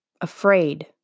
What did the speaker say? Afraid